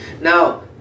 Now